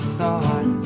thought